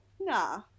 nah